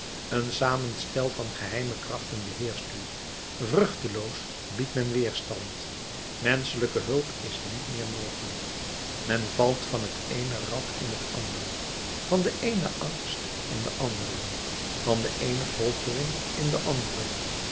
een samenstel van geheime krachten beheerscht u vruchteloos biedt men weerstand menschelijke hulp is niet meer mogelijk men valt van het eene rad in het andere van den eenen angst in den anderen van de eene foltering in de andere